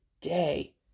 day